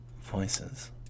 voices